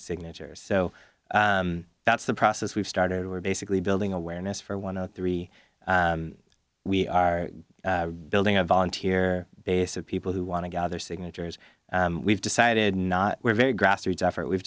signatures so that's the process we've started we're basically building awareness for one of three we are building a volunteer base of people who want to gather signatures we've decided not we're very grassroots effort we've